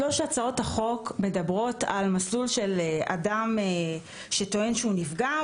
שלוש הצעות החוק מדברות על מסלול של אדם שטוען שהוא נפגע.